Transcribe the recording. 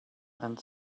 and